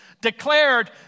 declared